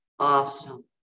Awesome